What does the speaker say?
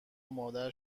مادر